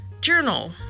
Journal